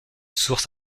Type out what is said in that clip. source